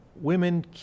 women